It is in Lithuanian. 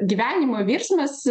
gyvenimo virsmas